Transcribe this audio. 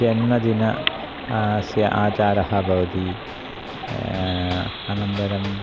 जन्मदिन स्य आचारः भवति अनन्तरम्